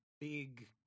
big